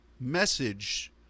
message